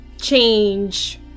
change